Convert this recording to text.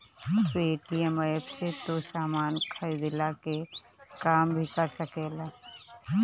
Paytm app से तू सामान खरीदला के काम भी कर सकेला